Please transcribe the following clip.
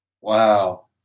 Wow